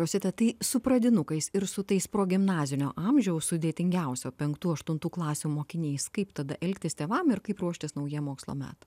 rosita tai su pradinukais ir su tais progimnazinio amžiaus sudėtingiausio penktų aštuntų klasių mokiniais kaip tada elgtis tėvam ir kaip ruoštis naujiem mokslo metam